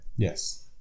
Yes